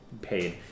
paid